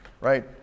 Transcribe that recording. right